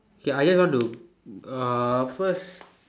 okay I just want to uh first